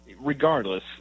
regardless